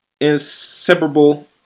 inseparable